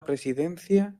presidencia